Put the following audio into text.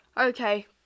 Okay